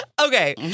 Okay